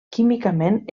químicament